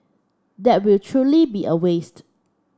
that will truly be a waste